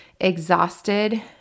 exhausted